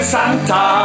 Santa